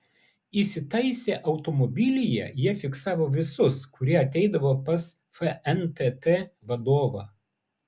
įsitaisę automobilyje jie fiksavo visus kurie ateidavo pas fntt vadovą